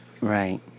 Right